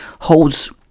holds